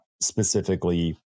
specifically